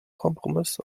kompromiss